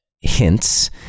hints